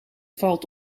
valt